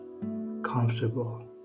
comfortable